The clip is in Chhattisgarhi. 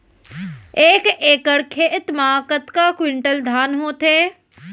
एक एकड़ खेत मा कतका क्विंटल धान होथे?